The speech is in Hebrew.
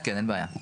אין בעיה.